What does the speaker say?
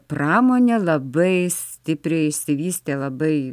pramonė labai stipriai išsivystė labai